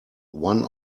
one